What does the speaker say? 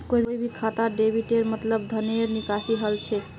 कोई भी खातात डेबिटेर मतलब धनेर निकासी हल छेक